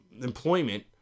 employment